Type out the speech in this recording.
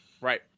Right